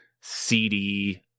CD